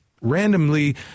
randomly